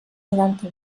noranta